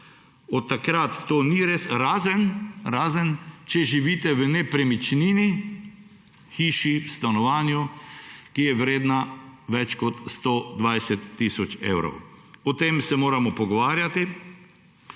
od takrat to ni res, razen če živite v nepremičnini, hiši, stanovanju, ki je vredno več kot 120 tisoč evrov. O tem se moramo pogovarjati